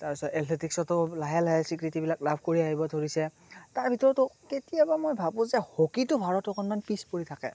তাৰপিছত এথলেটিকছতো লাহে লাহে স্বীকৃতিবিলাক লাভ কৰি আহিব ধৰিছে তাৰ ভিতৰতো কেতিয়াবা মই ভাবোঁ যে হকীতো ভাৰত অকণমান পিছ পৰি থাকে